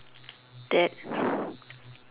that